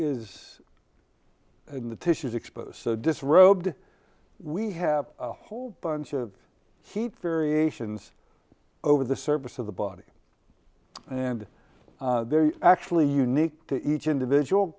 is in the tissues exposed to disrobe we have a whole bunch of heat variations over the surface of the body and they're actually unique to each individual